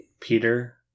Peter